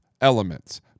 elements